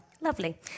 Lovely